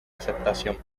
aceptación